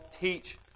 teach